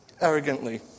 arrogantly